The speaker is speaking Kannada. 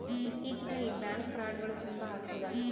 ಇತ್ತೀಚಿಗೆ ಈ ಬ್ಯಾಂಕ್ ಫ್ರೌಡ್ಗಳು ತುಂಬಾ ಅಗ್ತಿದವೆ